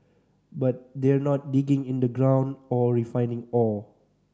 but they're not digging in the ground or refining ore